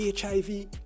HIV